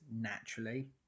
naturally